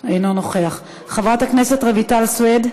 אינו נוכח, חברת הכנסת רויטל סויד,